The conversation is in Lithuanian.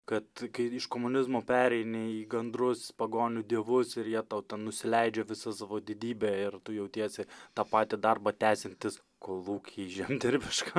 kad kai iš komunizmo pereini į gandrus pagonių dievus ir jie tau ten nusileidžia visa savo didybe ir tu jautiesi tą patį darbą tęsiantis kolūky žemdirbiškam